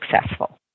successful